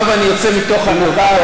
מאחר שאני יוצא מתוך הנחה,